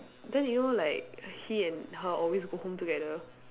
then you know like he and her always go home together